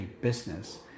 business